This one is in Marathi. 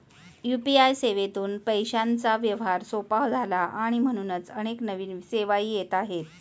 यू.पी.आय सेवेतून पैशांचा व्यवहार सोपा झाला आणि म्हणूनच अनेक नवीन सेवाही येत आहेत